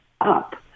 up